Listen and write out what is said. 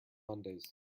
mondays